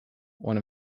one